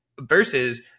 versus